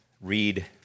read